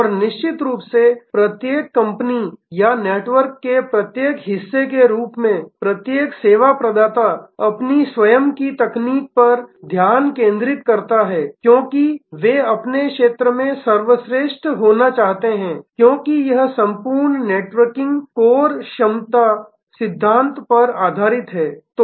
और निश्चित रूप से प्रत्येक कंपनी या नेटवर्क के प्रत्येक हिस्से के रूप में प्रत्येक सेवा प्रदाता अपनी स्वयं की तकनीक पर ध्यान केंद्रित करता है क्योंकि वे अपने क्षेत्र में सर्वश्रेष्ठ होना चाहते हैं क्योंकि यह संपूर्ण नेटवर्किंग कोर सक्षमता सिद्धांत पर आधारित है